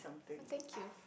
no thank you